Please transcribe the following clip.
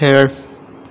खेळ